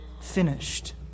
finished